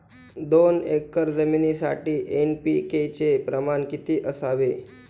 दोन एकर जमिनीसाठी एन.पी.के चे प्रमाण किती असावे?